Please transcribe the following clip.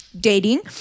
dating